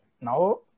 Now